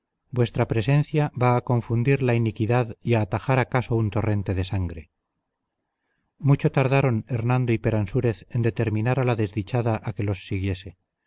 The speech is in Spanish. vuestra presencia va a confundir la iniquidad y a atajar acaso un torrente de sangre mucho tardaron hernando y peransúrez en determinar a la desdichada a que los siguiese